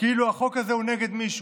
כאילו החוק הזה הוא נגד מישהו,